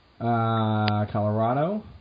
Colorado